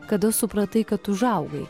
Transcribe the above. kada supratai kad užaugai